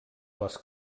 les